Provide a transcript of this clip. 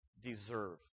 deserve